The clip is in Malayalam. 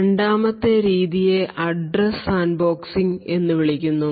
രണ്ടാമത്തെ രീതിയെ അഡ്രസ്സ് സാൻഡ്ബോക്സിംഗ് എന്ന് വിളിക്കുന്നു